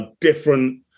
different